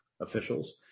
officials